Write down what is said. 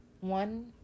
one